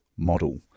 model